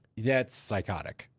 that's psychotic.